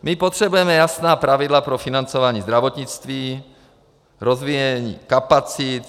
My potřebujeme jasná pravidla pro financování zdravotnictví, rozvíjení kapacit.